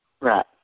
Right